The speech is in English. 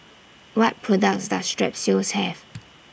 What products Does Strepsils Have